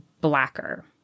blacker